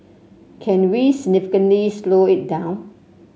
can we significantly slow it down